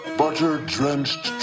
butter-drenched